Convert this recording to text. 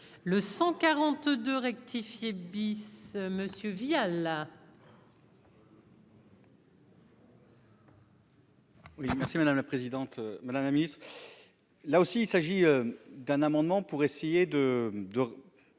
le 142 rectifié bis monsieur Vialat.